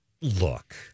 Look